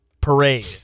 parade